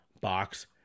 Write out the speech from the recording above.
box